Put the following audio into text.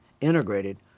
integrated